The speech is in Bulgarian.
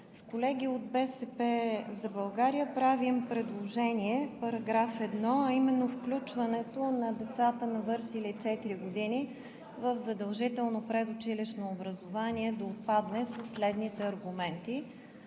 С колеги от „БСП за България“ правим предложение в § 1, а именно включването на децата, навършили четири години, в задължително предучилищно образование да отпадне със следните аргументи.